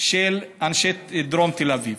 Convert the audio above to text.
של אנשי דרום תל אביב.